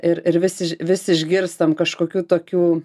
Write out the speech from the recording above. ir ir vis iš vis išgirstam kažkokių tokių